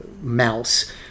mouse